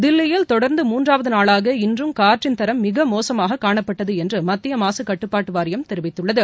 தில்லியில் தொடர்ந்து மூன்றாவது நாளாக இன்றும் காற்றின் தரம் மிக மோசமாக காணப்பட்டது என்று மத்திய மாசு கட்டுப்பாட்டு வாரியம் தெரிவித்துள்ளது